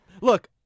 Look